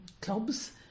clubs